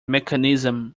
mechanism